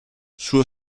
suo